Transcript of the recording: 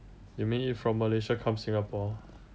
you mean if from Malaysia come Singapore